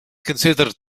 considered